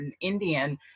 Indian